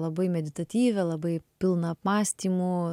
labai meditatyvi labai pilna apmąstymų